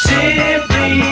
Simply